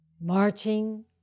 marching